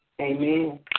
Amen